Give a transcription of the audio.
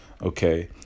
Okay